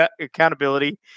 accountability